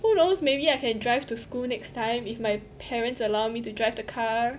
who knows maybe I can drive to school next time if my parents allow me to drive the car